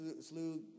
slew